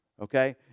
okay